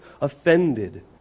offended